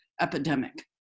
epidemic